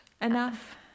enough